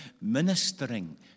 ministering